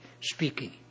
speaking